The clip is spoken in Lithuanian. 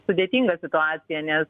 sudėtinga situacija nes